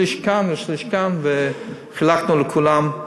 שליש כאן ושליש כאן, וחילקנו לכולם,